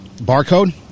barcode